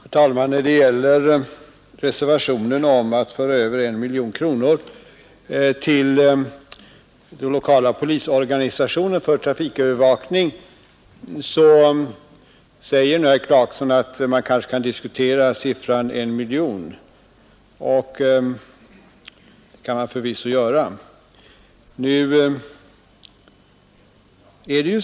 Herr talman! När det gäller reservationen 2, där det yrkas ett överförande av 1 miljon kronor till de lokala polisorganisationerna för deras trafikövervakning, säger herr Clarkson nu att man kanske kan diskutera beloppets storlek, och det kan man förvisso göra.